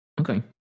Okay